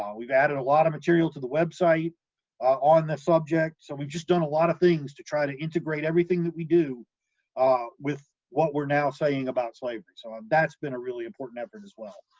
um we've added a lot of material to the website on the subject, so we've just done a lot of things to try to integrate everything that we do ah with what we're now saying about slavery, so um that's been a really important effort as well,